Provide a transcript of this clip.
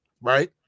right